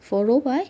follow by